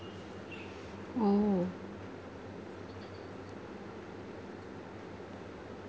oh